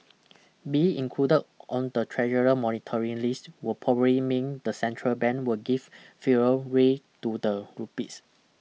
being included on the treasurer monitoring list will probably mean the central bank will give freer rein to the rupees